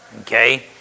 Okay